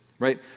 Right